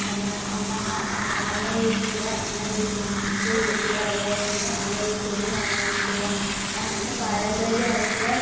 എന്ന് പറഞ്ഞാ അമ്മാ അമ്മമ്മ യൂസ് ചെയ്ത അമ്മ യൂസെയ്ത് ഇപ്പ യൂസ് ചെയ്യുക അതുപോലെ തന്നെ അമ്മ യൂസ് ചെയ്തത് ഞാൻ യൂസ് ചെയ്യുക അങ്ങനത്തെ പാരമ്പര്യം ആയിട്ടുള്ള